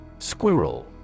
squirrel